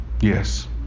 yes